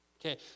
Okay